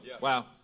Wow